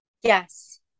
Yes